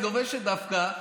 היא לובשת דווקא,